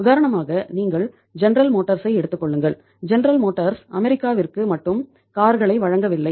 உதாரணமாக நீங்கள் ஜெனரல் மோட்டார்சை வழங்கவில்லை